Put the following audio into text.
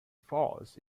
falls